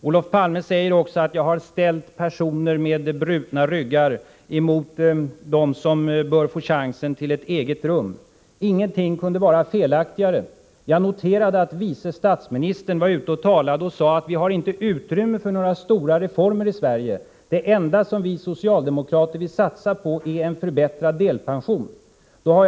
Olof Palme säger också att jag har ställt personer med brutna ryggar mot dem som bör få chansen till eget rum. Ingenting kunde vara felaktigare. Jag noterade att vice statsministern i sina tal sade att vi inte har utrymme för några stora reformer i Sverige. Det enda som vi socialdemokrater vill satsa på är en förbättrad delpension, sade han.